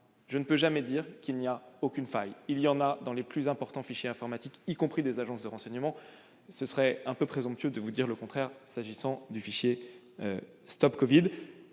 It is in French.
impossible d'affirmer qu'il n'y a aucune faille : il y en a même dans les plus importants fichiers informatiques, y compris ceux des agences de renseignement. Ce serait un peu présomptueux de ma part de vous dire le contraire s'agissant du fichier StopCovid.